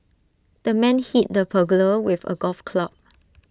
the man hit the burglar with A golf club